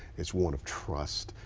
it's one of trust.